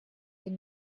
den